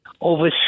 over